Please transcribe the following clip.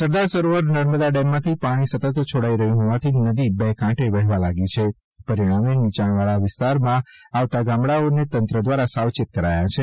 સરદાર સરોવાર નર્મદા ડેમમાંથી પાણી સતત છોડાઇ રહ્યું હોવાથી નદી બે કાંઠે વહેવા લાગી છે પરિણામે નિચાણવાસમાં આવાતા ગામડાઓને તંત્ર દ્વારા સાવચેત કરાયા છે